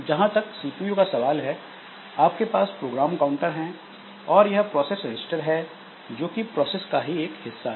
जहां तक सीपीयू का सवाल है आपके पास प्रोग्राम काउंटर हैं और यह प्रोसेस रजिस्टर है जोकि प्रोसेस का ही एक हिस्सा है